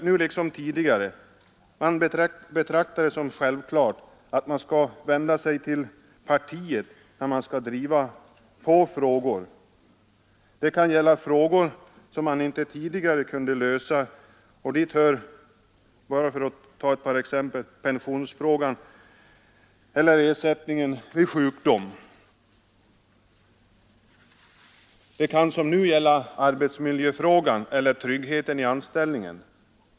Nu liksom tidigare betraktar man det som självklart att man skall vända sig till partiet när man skall driva på frågor. Det kan gälla frågor som man inte tidigare kunde lösa. Dit hör, för att bara nämna ett par exempel, pensionsfrågan och frågan om ersättning vid sjukdom. Det kan också, som nu är mera aktuellt, gälla arbetsmiljöfrågan eller tryggheten i anställningen.